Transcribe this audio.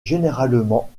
généralement